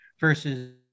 versus